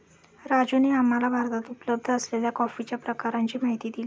राजूने आम्हाला भारतात उपलब्ध असलेल्या कॉफीच्या प्रकारांची माहिती दिली